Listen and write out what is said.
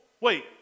wait